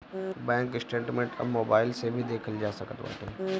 bank statement अब mobile से भी देखल जा सकत बाटे